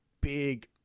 big